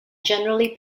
generally